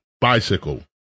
bicycle